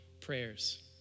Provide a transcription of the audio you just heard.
prayers